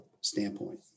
standpoint